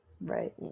Right